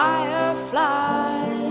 Firefly